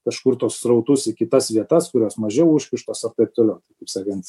kažkur tuos srautus į kitas vietas kurios mažiau užkištos ar taip toliau tai kaip sakant